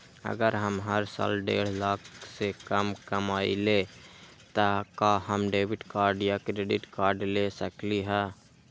अगर हम हर साल डेढ़ लाख से कम कमावईले त का हम डेबिट कार्ड या क्रेडिट कार्ड ले सकली ह?